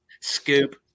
scoop